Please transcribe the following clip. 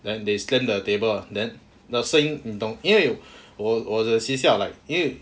then they slammed the table then was so dumb 因为我我的学校 like